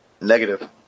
Negative